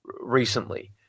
recently